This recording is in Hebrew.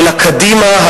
אלא קדימה,